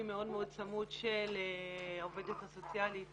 מאוד מאוד צמוד של העובדת הסוציאלית